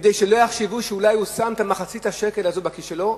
כדי שלא יחשבו שאולי הוא שם את מחצית השקל הזאת בכיס שלו,